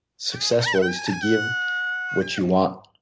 successful is to give what you want.